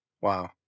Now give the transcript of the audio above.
Wow